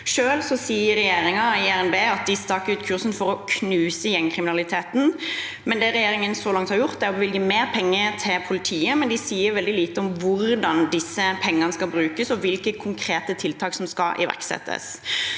regjeringen i RNB at de staker ut kursen for å knuse gjengkriminaliteten. Det regjeringen så langt har gjort, er å bevilge mer penger til politiet, men de sier veldig lite om hvordan disse pengene skal brukes, og hvilke konkrete tiltak som skal iverksettes.